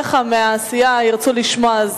חבריך מהסיעה ירצו לשמוע.